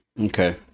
Okay